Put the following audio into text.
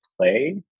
play